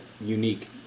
unique